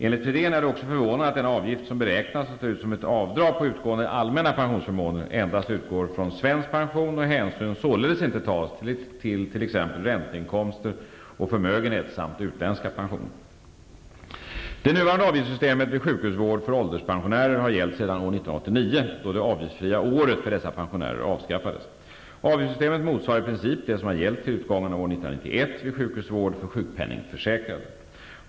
Enligt Fridén är det också förvånande att denna avgift, som beräknas och tas ut som ett avdrag på utgående allmänna pensionsförmåner, endast utgår från svensk pension och hänsyn således inte tas till t.ex. Det nuvarande avgiftssystemet vid sjukhusvård för ålderspensionärer har gällt sedan år 1989, då det avgiftsfria året för dessa pensionärer avskaffades. Avgiftssystemet motsvarar i princip det som har gällt till utgången av år 1991 vid sjukhusvård för sjukpenningförsäkrade.